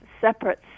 separate